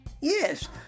Yes